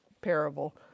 parable